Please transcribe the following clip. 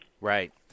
Right